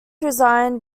resigned